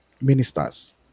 ministers